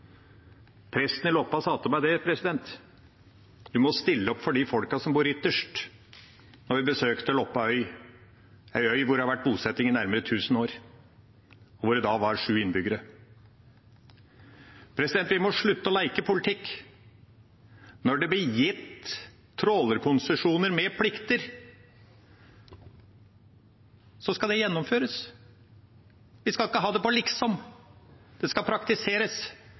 i Loppa sa til meg at jeg må stille opp for dem som bort ytterst, da vi besøkte Loppa øy – en øy hvor det har vært bosetting i nærmere tusen år, men hvor det da var sju innbyggere. Vi må slutte å leke politikk. Når det blir gitt trålerkonsesjoner med plikter, så skal det gjennomføres. Vi skal ikke ha det på liksom. Det skal praktiseres.